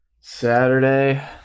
Saturday